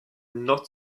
not